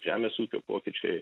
žemės ūkio pokyčiai